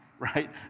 Right